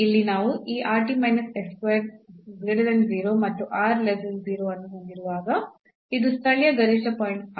ಇಲ್ಲಿ ನಾವು ಈ ಅನ್ನು ಹೊಂದಿರುವಾಗ ಇದು ಸ್ಥಳೀಯ ಗರಿಷ್ಠ ಪಾಯಿಂಟ್ ಆಗಿದೆ